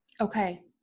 Okay